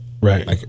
Right